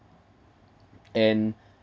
and